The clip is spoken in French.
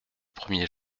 premier